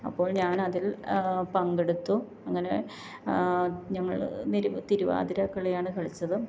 അപ്പോൾ ഞാനതിൽ പങ്കെടുത്തു അങ്ങനെ ഞങ്ങൾ നിരു തിരുവാതിരക്കളിയാണ് കളിച്ചത്